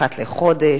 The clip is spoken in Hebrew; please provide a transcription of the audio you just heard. אחת לחודש,